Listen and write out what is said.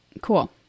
Cool